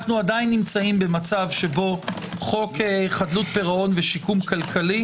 אנחנו עדיין במצב שבו חוק חדלות פירעון ושיקום כלכלי